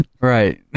Right